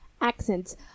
accents